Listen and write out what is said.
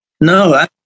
no